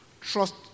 Trust